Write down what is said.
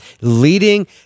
leading